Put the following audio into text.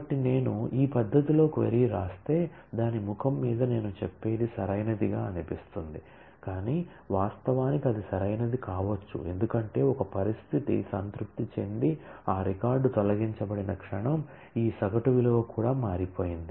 కాబట్టి నేను ఈ పద్ధతిలో క్వరీ వ్రాస్తే దాని ముఖం మీద నేను చెప్పేది సరైనదిగా అనిపిస్తుంది కాని వాస్తవానికి అది సరైనది కావచ్చు ఎందుకంటే ఒక పరిస్థితి సంతృప్తి చెంది ఆ రికార్డ్ తొలగించబడిన క్షణం ఈ సగటు విలువ కూడా మారిపోయింది